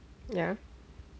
ya